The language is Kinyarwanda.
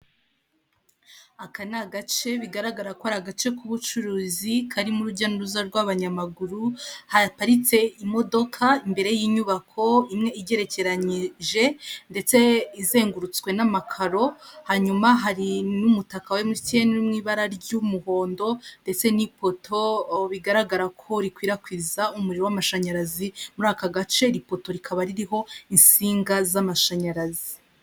Aka ni agace bigaragara ko ari agace k'ubucuruzi, karimo urujya n'uruza rw'abanyamaguru, haparitse imodoka imbere y'inyubako imwe igerekeranyije ndetse izengurutswe n'amakaro, hanyuma hari n'umutaka wa emutiyene uri mu ibara ry'umuhondo, ndetse n'ipoto bigaragara ko rikwirakwiza umuriro w'amashanyarazi muri aka gace, iri poto rikaba ririho insinga z'amashanyarazi.